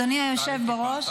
אדוני היושב בראש,